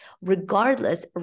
regardless